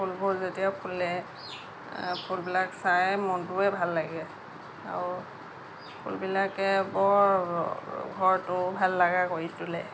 ফুলবোৰ যেতিয়া ফুলে ফুলবিলাক চায়েই মনটোৱে ভাল লাগে আৰু ফুলবিলাকে বৰ ঘৰটো ভাল লগা কৰি তুলে